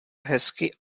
hezky